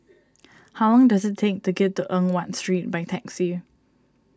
how long does it take to get to Eng Watt Street by taxi